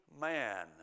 man